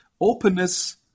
openness